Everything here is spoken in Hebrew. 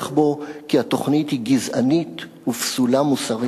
כי התוכנית היא גזענית ופסולה מוסרית.